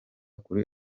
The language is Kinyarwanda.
kuri